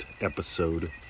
episode